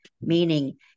meaning